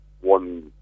one